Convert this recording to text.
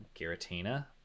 giratina